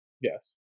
Yes